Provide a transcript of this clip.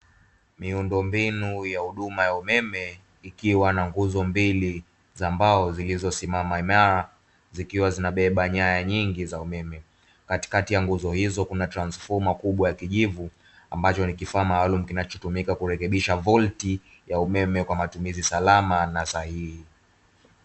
Miundo mbinu ya huduma ya umeme, ikiwa na nguzo mbili za mbao zilizosimama imara, zikiwa zinabeba nyaya nyingi za umeme, katikati ya nguzo hizo kuna transfoma kubwa ya kijivu, ambacho ni kifaa maalum kinachotumika kurekebisha volti ya umeme kwa matumizi salama na sahihi.